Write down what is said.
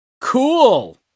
Cool